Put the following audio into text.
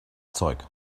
zeug